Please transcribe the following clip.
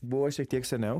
buvo šiek tiek seniau